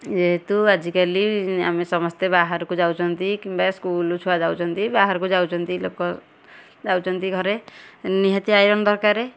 ଯେହେତୁ ଆଜିକାଲି ଆମେ ସମସ୍ତେ ବାହାରକୁ ଯାଉଛନ୍ତି କିମ୍ବା ସ୍କୁଲ ଛୁଆ ଯାଉଛନ୍ତି ବାହାରକୁ ଯାଉଛନ୍ତି ଲୋକ ଯାଉଛନ୍ତି ଘରେ ନିହାତି ଆଇରନ୍ ଦରକାର